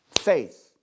faith